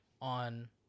on